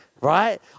right